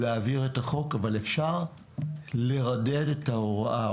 אבל אפשר לרדד את ההוראה,